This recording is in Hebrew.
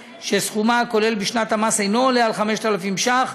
שסכומה הכולל בשנת המס אינו עולה על 5,000 ש"ח,